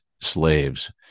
slaves